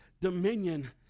dominion